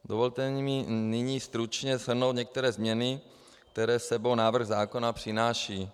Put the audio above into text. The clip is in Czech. Dovolte mi nyní stručně shrnout některé změny, které s sebou návrh zákona přináší.